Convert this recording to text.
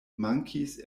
mankis